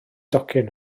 docyn